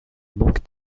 manque